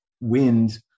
wind